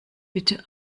bitte